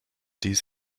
dies